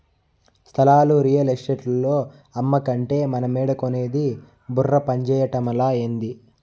స్థలాలు రియల్ ఎస్టేటోల్లు అమ్మకంటే మనమేడ కొనేది బుర్ర పంజేయటమలా, ఏంది